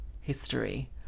history